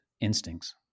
instincts